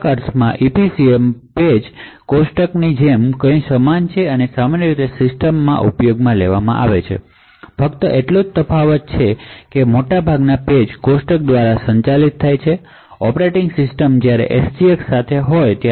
કેટલાક અર્થમાં આ EPCM પેજ ટેબલ જે સામાન્ય રીતે સિસ્ટમમાં ઉપયોગમાં લેવાય છે તેની જેમ કંઈક સમાન છે ફક્ત એટલો જ તફાવત એ છે કે મોટાભાગના પેજ ટેબલ ઑપરેટિંગ સિસ્ટમ દ્વારા સંચાલિત થાય છે